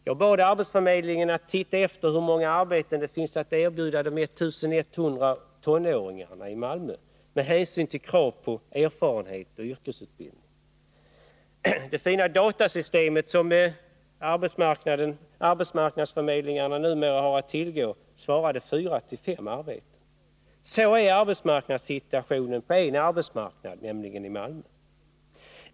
Jag bad arbetsförmedlingen att titta efter hur många arbeten det finns att erbjuda de 1100 tonåringarna i Malmö med hänsyn till krav på erfarenhet och yrkesutbildning. Det fina datasystem som arbetsförmedlingarna numera har att tillgå svarade: fyra fem arbeten. Så är arbetsmarknadssituationen på en arbetsmarknad, nämligen i Malmö.